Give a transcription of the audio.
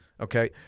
okay